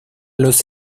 los